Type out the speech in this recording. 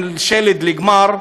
בין שלד לגמר,